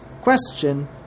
question